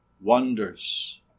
wonders